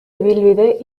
ibilbide